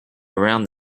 around